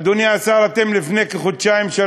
אדוני השר, אתם לפני כחודשיים-שלושה,